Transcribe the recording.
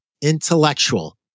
intellectual